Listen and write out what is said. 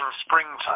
springtime